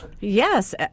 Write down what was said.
Yes